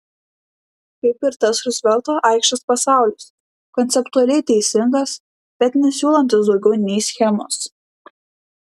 kaip ir tas ruzvelto aikštės pasaulis konceptualiai teisingas bet nesiūlantis daugiau nei schemos